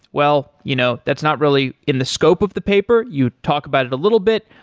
well you know that's not really in the scope of the paper you talk about it a little bit.